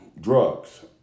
drugs